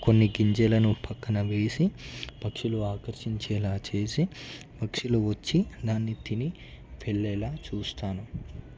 కొన్ని గింజలను పక్కన వేసి పక్షులు ఆకర్షించేలా చేసి పక్షులు వచ్చి దాన్ని తిని వెళ్ళేలా చూస్తాను